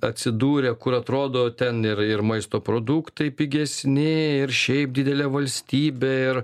atsidūrė kur atrodo ten ir ir maisto produktai pigesni ir šiaip didelė valstybė ir